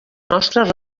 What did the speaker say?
nostres